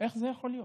איך זה יכול להיות?